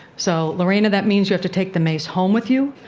so lorena that means you have to take the mace home with you.